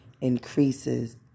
increases